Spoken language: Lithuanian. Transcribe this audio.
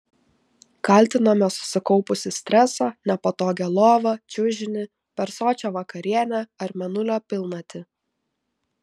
kaltiname susikaupusį stresą nepatogią lovą čiužinį per sočią vakarienę ar mėnulio pilnatį